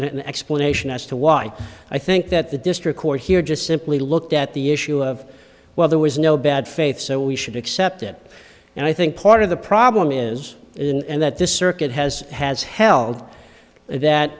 an explanation as to why i think that the district court here just simply looked at the issue of well there was no bad faith so we should accept it and i think part of the problem is in and that this circuit has has held that